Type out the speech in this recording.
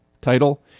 Title